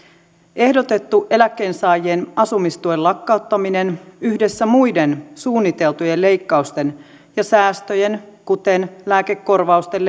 ehdotettu eläkkeensaajien asumistuen lakkauttaminen yhdessä muiden suunniteltujen leikkausten ja säästöjen kuten lääkekorvausten